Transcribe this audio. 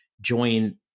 join